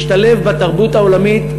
תשתלב בתרבות העולמית,